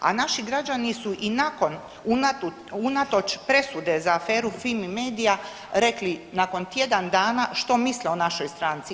A naši građani su nakon, unatoč presude za Fimi-media rekli nakon tjedan dana što misle o našoj stranci.